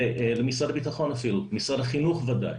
למשרד הביטחון אפילו, משרד החינוך בוודאי.